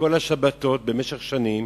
מכל השבתות במשך שנים